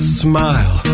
smile